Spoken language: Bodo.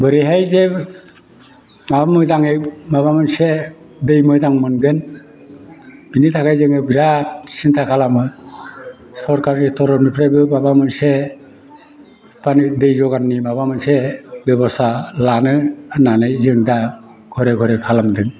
बोरैहाय जों मा मोजाङै माबा मोनसे दै मोजां मोनगोन बेनि थाखाय जोङो बिराद सिनथा खालामो सोरखारनि थरफनिफ्रायबो माबा मोनसे फानि दै जगारनि माबा मोनसे बेबस्था लानो होननानै जों दा घरे घरे खालामदों